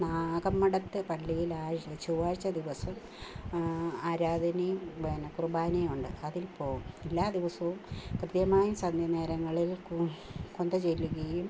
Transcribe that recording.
നാഗമ്പടത്ത് പള്ളിയിലായിരുന്നു ചൊവ്വാഴ്ച ദിവസം ആരാധനയും പിന്നെ കുർബാനയും ഉണ്ട് അതിൽ പോവും എല്ലാ ദിവസവും കൃത്യമായും സന്ധ്യ നേരങ്ങളിൽ കു കൊന്ത ചൊല്ലുകയും